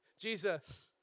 Jesus